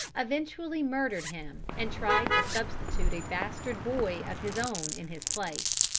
eventually murdered him and tried to substitute a bastard boy of his own in his place.